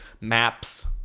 Maps